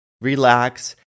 relax